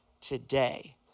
today